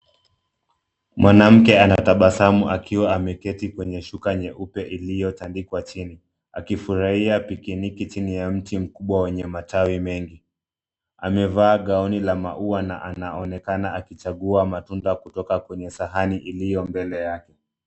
Mwanamke anatabasamu akiwa ameketi kwenye shuka nyeupe iliyotandikwa chini akifurahia picnic chini ya mti mkubwa wenye matawi mengi. Amevaa gauni la maua na anaonekana akichagua matunda kutoka kwenye sahani iliyo mbele yake.